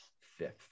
fifth